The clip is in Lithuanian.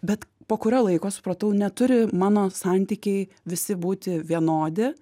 bet po kurio laiko supratau neturi mano santykiai visi būti vienodi